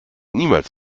niemals